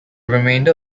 remainder